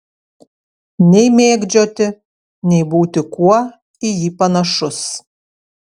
nei mėgdžioti nei būti kuo į jį panašus